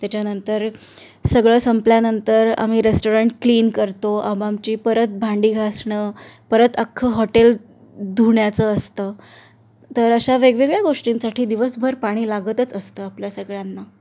त्याच्यानंतर सगळं संपल्यानंतर आम्ही रेस्टॉरंट क्लीन करतो अम आमची परत भांडी घासणं परत अख्खं हॉटेल धुण्याचं असतं तर अशा वेगवेगळ्या गोष्टींसाठी दिवसभर पाणी लागतच असतं आपल्या सगळ्यांना